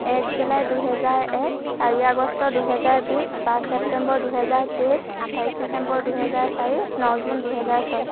এক জুলাই দুহেজাৰ এক চাৰি আগষ্ট দুহেজাৰ বিশ পাচঁ চেপ্তেম্বৰ দুহেজাৰ তেইছ আঠাইছ ডিচেম্বৰ দুহেজাৰ চাৰি ন জুন দুহেজাৰ ছয়